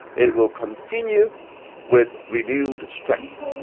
it will continue with renewed strength.